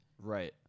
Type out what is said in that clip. Right